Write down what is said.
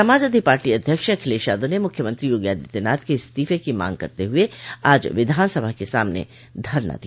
समाजवादी पार्टी अध्यक्ष अखिलेश यादव ने मुख्यमंत्री योगी आदित्यनाथ के इस्तीफे की मांग करते हुए आज विधानसभा के सामने धरना दिया